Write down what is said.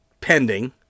pending